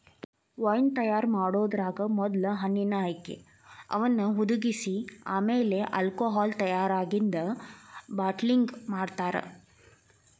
wine ತಯಾರ್ ಮಾಡೋದ್ರಾಗ ಮೊದ್ಲ ಹಣ್ಣಿನ ಆಯ್ಕೆ, ಅವನ್ನ ಹುದಿಗಿಸಿ ಆಮೇಲೆ ಆಲ್ಕೋಹಾಲ್ ತಯಾರಾಗಿಂದ ಬಾಟಲಿಂಗ್ ಮಾಡ್ತಾರ